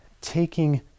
taking